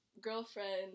girlfriend